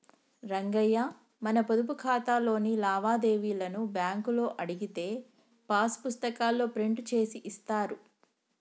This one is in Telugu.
రంగయ్య మన పొదుపు ఖాతాలోని లావాదేవీలను బ్యాంకులో అడిగితే పాస్ పుస్తకాల్లో ప్రింట్ చేసి ఇస్తారు